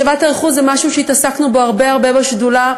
השבת הרכוש זה משהו שהתעסקנו בו הרבה הרבה בשדולה,